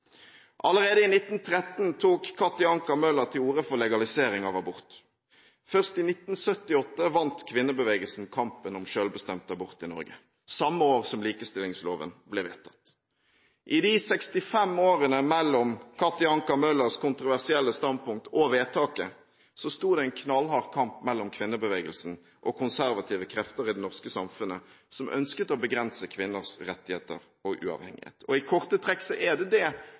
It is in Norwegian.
Allerede i 1913 tok Katti Anker Møller til orde for legalisering av abort. Først i 1978 vant kvinnebevegelsen kampen om selvbestemt abort i Norge – samme år som likestillingsloven ble vedtatt. I de 65 årene mellom Katti Anker Møllers kontroversielle standpunkt og vedtaket av abortloven, sto det en knallhard kamp mellom kvinnebevegelsen og konservative krefter i det norske samfunnet som ønsket å begrense kvinners rettigheter og uavhengighet. I korte trekk er det